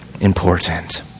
important